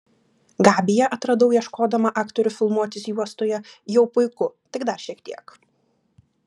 gabiją atradau ieškodama aktorių filmuotis juostoje jau puiku tik dar šiek tiek